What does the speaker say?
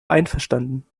einverstanden